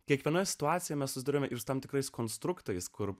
kiekviena situacija mes susiduriame ir su tam tikrais konstruktoriais kur